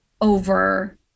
over